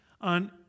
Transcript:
on